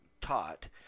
taught